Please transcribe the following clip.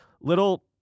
little